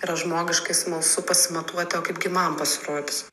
yra žmogiškai smalsu pasimatuoti o kaip gi man pasirodys